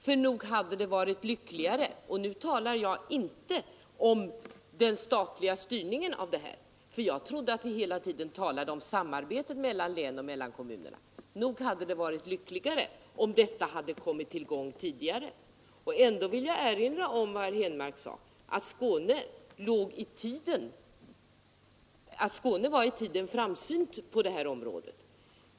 Ty nog hade det varit lyckligare — och nu talar jag inte om den statliga styrningen i detta fall, eftersom jag trodde att vi hela tiden talade om samarbetet mellan län och kommuner — om det samarbetet hade kommit i gång tidigare. Men ändå vill jag erinra om vad herr Henmark sade, nämligen att Skåne var i tiden framsynt på detta område.